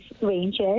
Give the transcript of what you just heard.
ranges